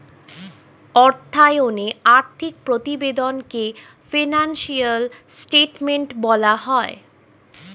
অর্থায়নে আর্থিক প্রতিবেদনকে ফিনান্সিয়াল স্টেটমেন্ট বলা হয়